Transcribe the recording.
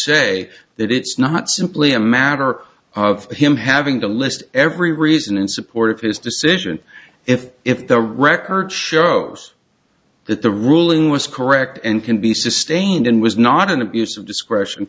say that it's not simply a matter of him having to list every reason in support of his decision if if the record shows that the ruling was correct and can be sustained and was not an abuse of discretion